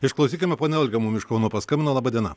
išklausykime pone olga mum iš kauno paskambino laba diena